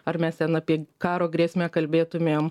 ar mes ten apie karo grėsmę kalbėtumėm